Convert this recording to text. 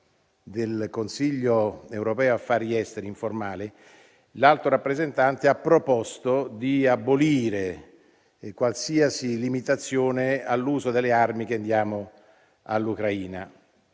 del Consiglio europeo affari esteri, l'Alto rappresentante ha proposto di abolire qualsiasi limitazione all'uso delle armi che diamo all'Ucraina.